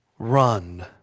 run